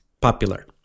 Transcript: popular